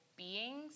beings